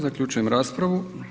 Zaključujem raspravu.